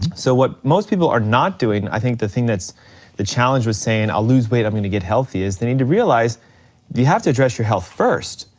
so what most people are not doing, i think the thing that's the challenge with saying i'll lose weight, i'm gonna get healthy, is they need to realize you have to address your health first.